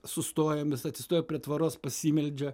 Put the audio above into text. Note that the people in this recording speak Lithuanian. sustojam jis atsistojo prie tvoros pasimeldžia